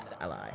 ally